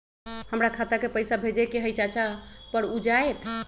हमरा खाता के पईसा भेजेए के हई चाचा पर ऊ जाएत?